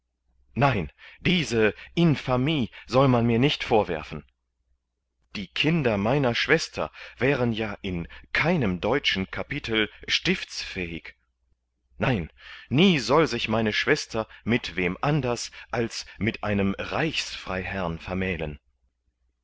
nein diese infamie soll man mir nicht vorwerfen die kinder meiner schwester wären ja in keinem deutschen kapitel stiftsfähig nein nie soll sich meine schwester mit wem anders als mit einem reichsfreiherrn vermählen